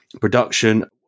production